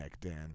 Dan